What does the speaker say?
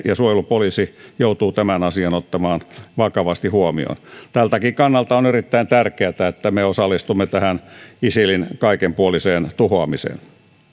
ja suojelupoliisi joutuu tämän asian ottamaan vakavasti huomioon tältäkin kannalta on erittäin tärkeätä että me osallistumme tähän isilin kaikenpuoliseen tuhoamiseen